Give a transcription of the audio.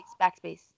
backspace